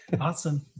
Awesome